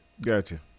gotcha